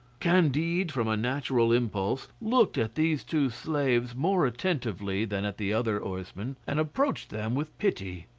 candide, from a natural impulse, looked at these two slaves more attentively than at the other oarsmen, and approached them with pity.